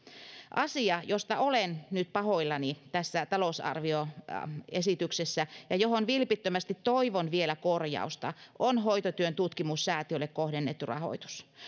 asia josta olen nyt pahoillani tässä talousarvioesityksessä ja johon vilpittömästi toivon vielä korjausta on hoitotyön tutkimussäätiölle kohdennettu rahoitus